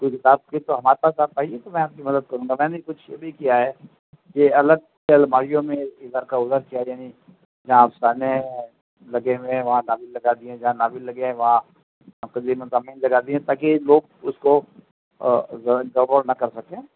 کوئی کتاب کی تو ہمارے پاس آپ آئیے تو میں آپ کی مدد کروں گا میں نے کچھ یہ بھی کیا ہے کہ الگ سے الماریوں میں ادھر کا ادھر کیا یعنی جہاں افسانے ہیں لگے ہوئے وہاں ناول لگا دیے ہیں جہاں ناول لگے ہیں وہاں قدیم مضامین لگا دییے ہیں تاکہ لوگ اس کو زو ہے گربڑ نہ کر سکیں